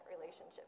relationship